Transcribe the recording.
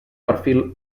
perfil